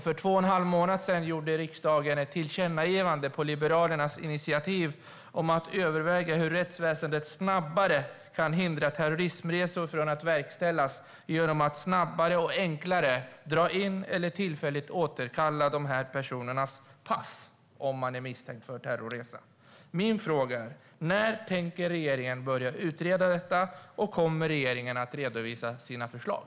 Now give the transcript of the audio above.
För två och en halv månader sedan gjorde riksdagen på Liberalernas initiativ ett tillkännagivande om att överväga hur rättsväsendet snabbare kan hindra terrorismresor från att verkställas genom att snabbare och enklare dra in eller tillfälligt återkalla dessa personers pass, om personen är misstänkt för terrorresa. Min fråga är: När tänker regeringen utreda detta? Kommer regeringen att redovisa sina förslag?